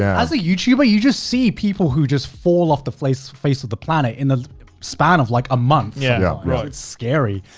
as a youtuber, you just see people who just fall off the face face of the planet in the span of like a month. yeah. right. it's scary.